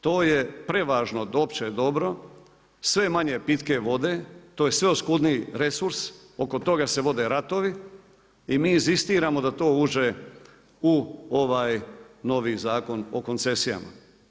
To je prevažno opće dobro, sve manje pitke vode, to je sve oskudniji resurs, oko toga se vode ratovi, i mi inzistiramo da to uđe u ovaj novi Zakon o koncesijama.